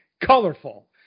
Colorful